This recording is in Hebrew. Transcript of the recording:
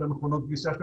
מכונות כביסה,